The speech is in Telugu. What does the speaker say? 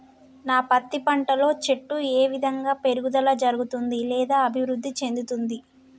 నా పత్తి పంట లో చెట్టు ఏ విధంగా పెరుగుదల జరుగుతుంది లేదా అభివృద్ధి చెందుతుంది?